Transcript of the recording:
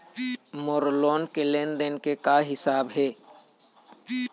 मोर loan के लेन देन के का हिसाब हे?